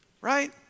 right